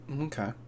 Okay